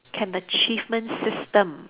can achievement system